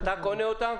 אתה קונה אותן?